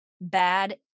bad